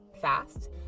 fast